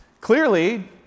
Clearly